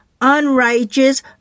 unrighteous